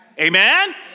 Amen